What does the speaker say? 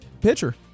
pitcher